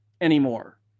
anymore